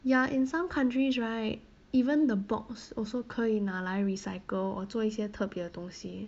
ya in some countries right even the box also 可以拿来 recycle or 做一些特别的东西